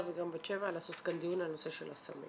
וגם בת שבע לעשות כאן דיון על נושא של הסמים